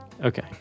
Okay